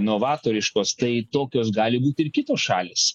novatoriškos tai tokios gali būti ir kitos šalys